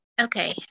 Okay